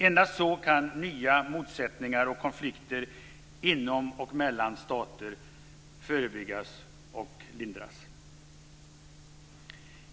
Endast så kan nya motsättningar och konflikter inom och mellan stater förebyggas och lindras.